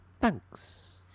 thanks